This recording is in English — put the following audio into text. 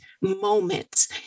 moments